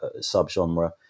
sub-genre